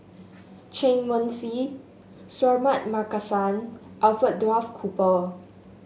Chen Wen Hsi Suratman Markasan Alfred Duff Cooper